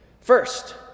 First